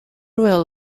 will